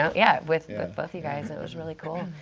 um yeah, with both you guys. it was really cool.